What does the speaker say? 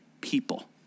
people